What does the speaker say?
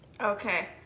Okay